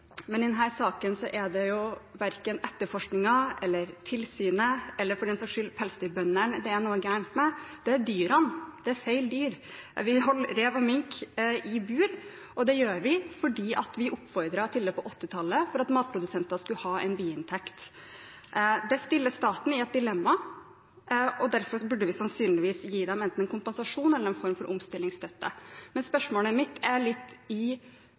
men i denne saken er det jo verken etterforskningen eller tilsynet, eller for den saks skyld pelsdyrbøndene, det er noe galt med – det er dyrene. Det er feil dyr. Vi holder rev og mink i bur, og det gjør vi fordi vi oppfordret til det på 1980-tallet for at matprodusenter skulle ha en biinntekt. Det stiller staten i et dilemma, og derfor burde vi sannsynligvis gi dem enten en kompensasjon eller en form for omstillingsstøtte. Men spørsmålet mitt er litt i